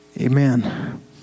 amen